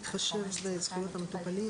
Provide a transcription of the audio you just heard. להתחשב בזכויות המטופלים.